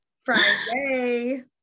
friday